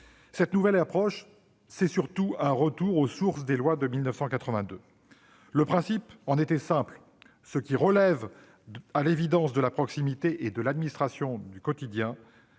Cette nouvelle approche, c'est surtout un retour aux sources des lois de 1982. Le principe en était simple : ce qui relève à l'évidence de la proximité et de l'administration du quotidien